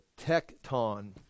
tecton